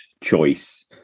choice